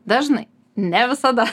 dažnai ne visada